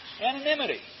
Anonymity